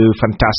fantastic